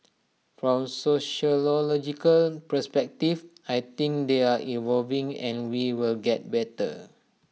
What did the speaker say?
from sociological perspective I think they are evolving and we will get better